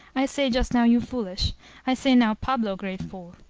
i say just now, you foolish i say now, pablo great fool.